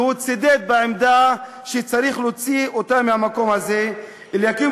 שצידד בעמדה שצריך להוציא אותם מהמקום הזה אליקים